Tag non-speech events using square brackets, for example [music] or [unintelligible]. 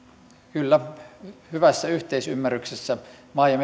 kyllä hyvässä yhteisymmärryksessä maa ja [unintelligible]